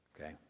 Okay